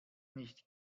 nicht